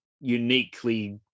uniquely